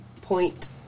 point